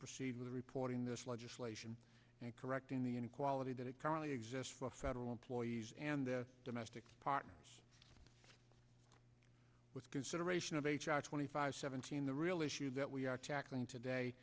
proceed with reporting this legislation and correcting the inequality that it currently exists for federal employees and the domestic partners with consideration of h r twenty five seventeen the real issue that we are tackling today